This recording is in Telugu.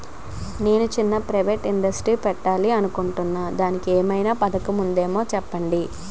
నేను చిన్న ప్రైవేట్ ఇండస్ట్రీ పెట్టాలి అనుకుంటున్నా దానికి ఏదైనా పథకం ఉందేమో చెప్పండి?